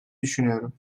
düşünüyorum